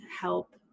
help